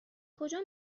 کجا